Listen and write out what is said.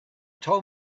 told